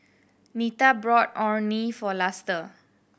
Nita bought Orh Nee for Luster